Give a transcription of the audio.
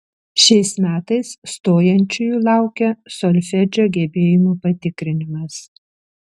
šiais metais stojančiųjų laukia solfedžio gebėjimų patikrinimas